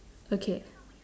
okay